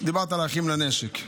דיברת על אחים לנשק.